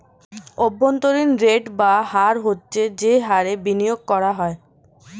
অভ্যন্তরীণ রেট বা হার হচ্ছে যে হারে বিনিয়োগ করা হয়